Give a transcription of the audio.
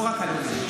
לא רק על עולים.